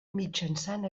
mitjançant